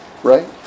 right